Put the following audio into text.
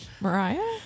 Mariah